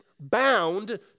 bound